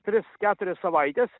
tris keturias savaites